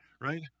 right